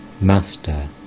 Master